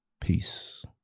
peace